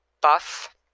buff